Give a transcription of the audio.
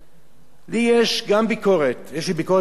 יש לי ביקורת גם על ערוץ-10, ברמה העקרונית,